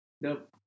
nope